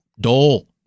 Dole